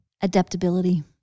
Adaptability